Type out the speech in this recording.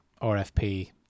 RFP